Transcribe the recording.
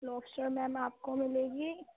لاکسٹرس میم آپ کو ملے گی